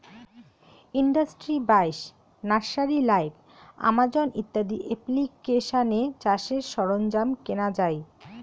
industry বাইশ, nursery live, Amazon ইত্যাদি এপ্লিকেশানে চাষের সরঞ্জাম কেনা যাই